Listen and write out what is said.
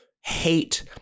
hate